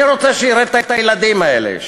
אני רוצה שהוא יראה את הילדים האלה,